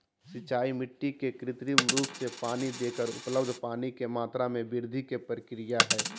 सिंचाई मिट्टी के कृत्रिम रूप से पानी देकर उपलब्ध पानी के मात्रा में वृद्धि के प्रक्रिया हई